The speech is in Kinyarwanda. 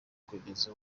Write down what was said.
kugeza